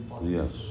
Yes